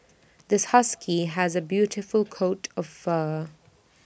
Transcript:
this husky has A beautiful coat of fur